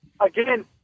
again